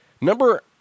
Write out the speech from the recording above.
Number